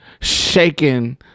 shaking